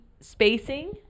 spacing